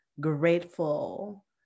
grateful